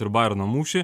ir bajerno mūšį